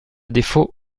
défaut